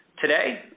Today